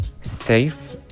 safe